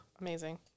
Amazing